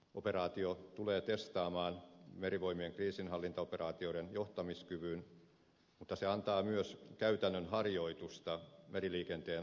operaatio tulee testaamaan merivoimien kriisinhallintaoperaatioiden johtamiskyvyn mutta se antaa myös käytännön harjoitusta meriliikenteen suojautumistehtävissä